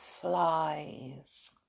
flies